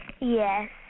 Yes